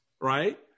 right